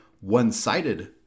one-sided